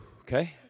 Okay